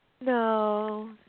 No